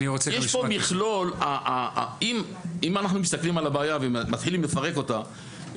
אם אנחנו מסתכלים על הבעיה ומתחילים לפרק אותה,